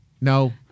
No